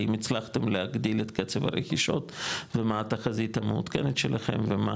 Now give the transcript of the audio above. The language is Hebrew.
האם הצלחתם להגדיל את קצב הרכישות ומה התחזית המעודכנת שלהם ומה